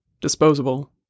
Disposable